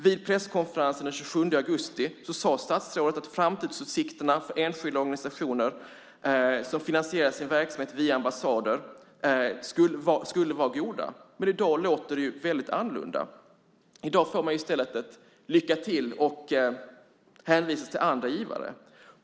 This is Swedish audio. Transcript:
Vid presskonferensen den 27 augusti sade statsrådet att framtidsutsikterna för enskilda organisationer som finansierar sin verksamhet via ambassader skulle vara goda. I dag låter det väldigt annorlunda. I dag får man i stället ett lycka till och hänvisas till andra givare.